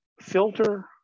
Filter